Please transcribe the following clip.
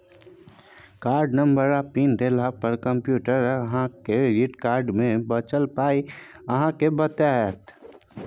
card number आ pin देला पर कंप्यूटर अहाँक क्रेडिट कार्ड मे बचल पाइ अहाँ केँ बताएत